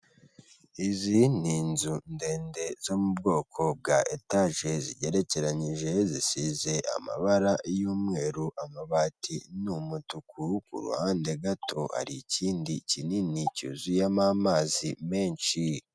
Izi ni inzu ndende zo mu bwoko bwa etage zigerekeranije zisize amabara y'umweru amabati n'umutuku kuruhande gato hari ikindi kinini cyuzuyemo amazi menshi.